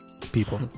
people